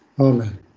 Amen